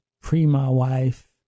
pre-my-wife